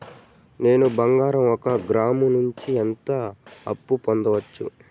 నేను బంగారం ఒక గ్రాము నుంచి ఎంత అప్పు పొందొచ్చు